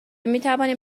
میتوانیم